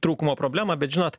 trūkumo problemą bet žinot